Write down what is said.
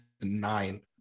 nine